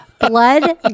Blood